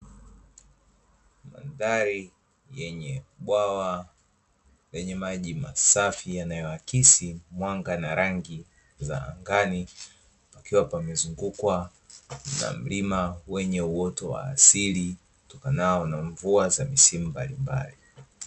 Mandhari yenye bwawa lenye maji masafi yanayoakisi mwanga wa rangi za angani, pakiwa pamezungukwa na mlima wenye uoto wa asili, utokanao na mvua za misimu mbalimbali.